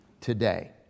today